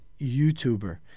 YouTuber